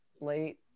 late